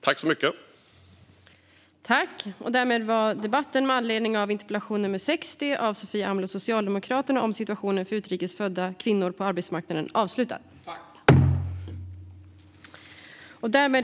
Svar på interpellationer